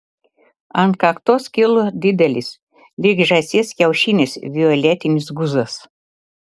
ant kaktos kilo didelis lyg žąsies kiaušinis violetinis guzas